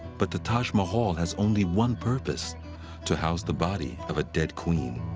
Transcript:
but the taj mahal has only one purpose to house the body of a dead queen.